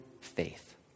faith